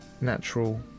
natural